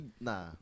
Nah